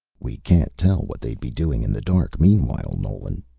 we can't tell what they'd be doing in the dark meanwhile, nolan.